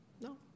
No